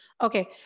Okay